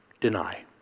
deny